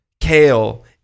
kale